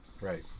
right